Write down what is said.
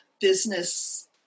business